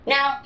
Now